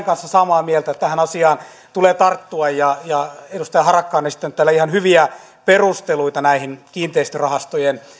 kanssa samaa mieltä että tähän asiaan tulee tarttua edustaja harakka on esittänyt täällä ihan hyviä perusteluita kiinteistörahastojen